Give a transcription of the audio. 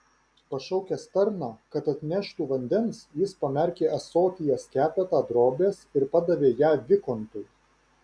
pašaukęs tarną kad atneštų vandens jis pamerkė ąsotyje skepetą drobės ir padavė ją vikontui